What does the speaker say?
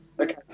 Okay